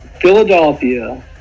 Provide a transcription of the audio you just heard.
Philadelphia